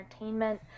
entertainment